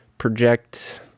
Project